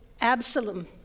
Absalom